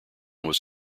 was